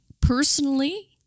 personally